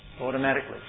automatically